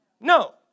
No